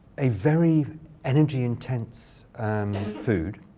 a very energy-intense and food.